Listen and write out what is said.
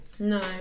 No